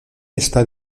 está